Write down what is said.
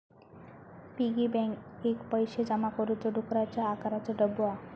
piggy bank एक पैशे जमा करुचो डुकराच्या आकाराचो डब्बो हा